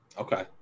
Okay